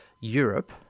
Europe